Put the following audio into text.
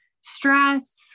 stress